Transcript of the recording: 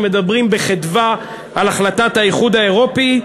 שמדברים בחדווה על החלטת האיחוד האירופי.